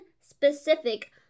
specific